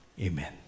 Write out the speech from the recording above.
Amen